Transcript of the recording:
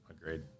agreed